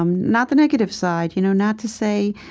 um not the negative side. you know not to say,